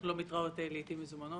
אנחנו לא מתראות לעיתים קרובות.